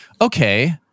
okay